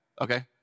Okay